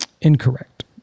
incorrect